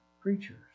creatures